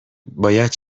باید